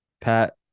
Pat